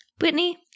Whitney